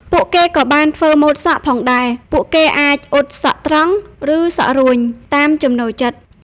ពួកគេក៏បាន ធ្វើម៉ូតសក់ ផងដែរ។ ពួកគេអាច អ៊ុតសក់ត្រង់ ឬ អ៊ុតសក់រួញ តាមចំណូលចិត្ត។